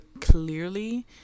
clearly